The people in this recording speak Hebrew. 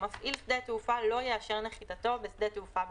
ומפעיל שדה תעופה לא יאשר נחיתתו בשדה תעופה בישראל,